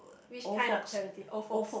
which kinds of charity old folks